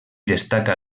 destaca